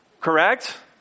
Correct